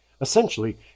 Essentially